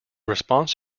response